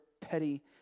petty